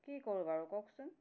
কি কৰোঁ বাৰু কওকচোন